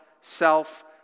self